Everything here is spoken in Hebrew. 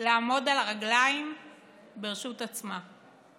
לעמוד על הרגליים ברשות עצמה.